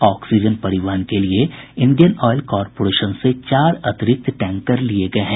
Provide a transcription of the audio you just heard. oxygen परिवहन के लिए इंडियन ऑयल कॉपोरेशन से चार अतिरिक्त टैंकर लिये गये हैं